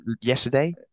yesterday